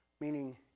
meaning